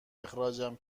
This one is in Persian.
اخراجم